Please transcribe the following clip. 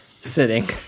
Sitting